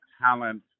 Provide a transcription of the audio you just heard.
talent